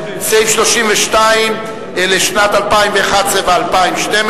סעיף 32 לשנת 2011 ו-2012,